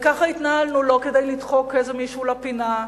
וכך התנהלנו לא כדי לדחוק איזה מישהו לפינה,